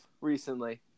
recently